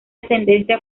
ascendencia